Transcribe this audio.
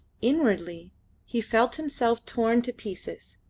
inwardly he felt himself torn to pieces,